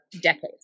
decades